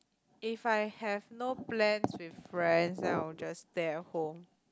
if I have no plans with friends then I'll just stay at home